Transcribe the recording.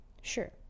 Sure